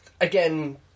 again